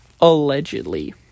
Allegedly